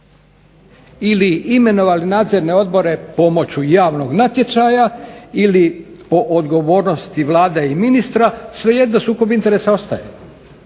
Ili imenovali nadzorne odbore pomoću javnog natječaja ili po odgovornosti Vlade i ministra, svejedno sukob interesa ostaje.